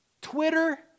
Twitter